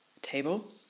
Table